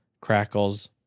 crackles